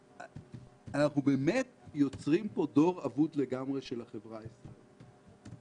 אנחנו באמת יוצרים פה דור אבוד לגמרי של החברה הישראלית.